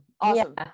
awesome